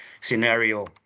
scenario